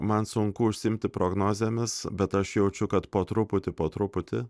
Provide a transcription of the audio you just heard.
man sunku užsiimti prognozėmis bet aš jaučiu kad po truputį po truputį